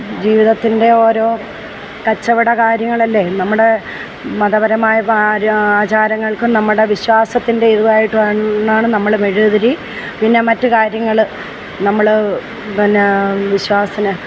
ജീവിതത്തിൻ്റെ ഓരോ കച്ചവട കാര്യങ്ങളല്ലേ നമ്മുടെ മതപരമായ കാര്യം ആചാരങ്ങൾക്കും നമ്മുടെ വിശ്വാസത്തിൻ്റെ ഇതും ആയിട്ടാണ് എന്നാണ് നമ്മൾ മെഴുകുതിരി പിന്നെ മറ്റു കാര്യങ്ങൾ നമ്മൾ പിന്നെ വിശ്വാസത്തിന്